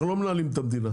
אנחנו לא מנהלים את המדינה,